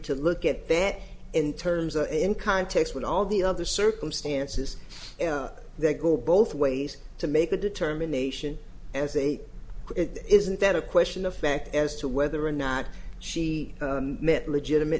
to look at that in terms of in context with all the other circumstances they go both ways to make a determination and say it isn't that a question of fact as to whether or not she met legitimate